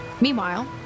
Meanwhile